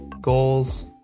goals